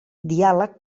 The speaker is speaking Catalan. diàleg